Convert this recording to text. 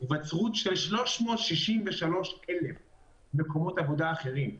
היווצרות של 363,000 מקומות עבודה אחרים.